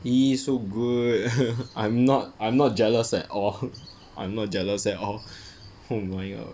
!ee! so good I'm not I'm not jealous at all I'm not jealous at all oh my god